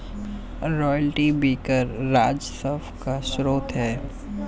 royalty भी कर राजस्व का स्रोत है